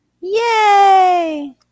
Yay